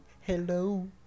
Hello